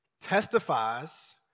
testifies